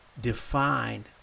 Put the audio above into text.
defined